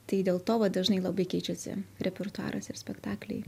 tai dėl to va dažnai labai keičiasi repertuaras ir spektakliai